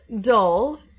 dull